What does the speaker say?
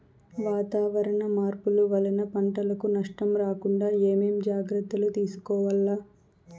వాతావరణ మార్పులు వలన పంటలకు నష్టం రాకుండా ఏమేం జాగ్రత్తలు తీసుకోవల్ల?